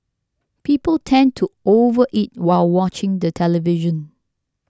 people tend to overeat while watching the television